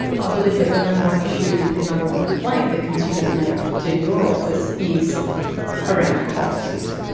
i believe that the number one issue, the number one complaint that consumers make to your office is around costs.